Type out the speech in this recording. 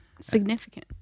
Significant